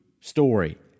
story